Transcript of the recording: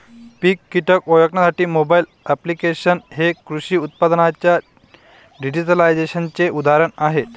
पीक कीटक ओळखण्यासाठी mobile applications हे कृषी उत्पादनांच्या डिजिटलायझेशनचे उदाहरण आहे